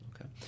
okay